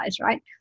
right